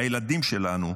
הילדים שלנו,